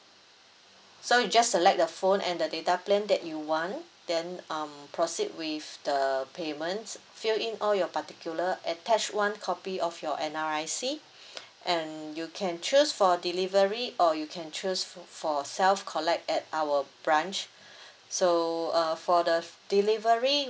so you just select the phone and the data plan that you want then um proceed with the payment fill in all your particular attach one copy of your N_R_I_C and you can choose for delivery or you can choose for self-collect at our branch so uh for the delivery